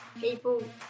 people